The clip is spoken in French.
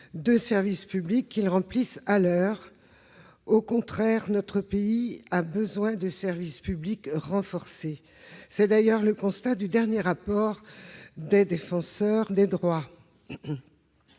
de service public qu'ils remplissent. Notre pays a au contraire besoin de services publics renforcés. C'est d'ailleurs le constat du dernier rapport du Défenseur des droits.